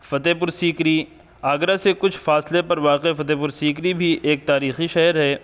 فتح پور سیکری آگرہ سے کچھ فاصلے پر واقع فتح پور سیکری بھی ایک تاریخی شہر ہے